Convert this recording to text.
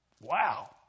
Wow